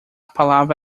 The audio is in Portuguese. palavra